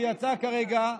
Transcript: שיצא כרגע,